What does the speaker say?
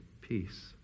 peace